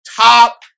Top